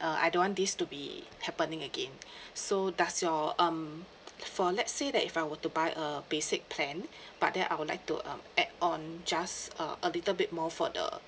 uh I don't want this to be happening again so does your um for let's say that if I were to buy a basic plan but then I would like to um add on just uh a little bit more for the